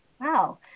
wow